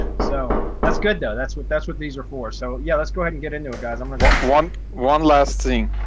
so that's good, though. that's what that's what these are for. so yeah, let's go ahead and get into it, guys. i'm gonna get one. one last thing.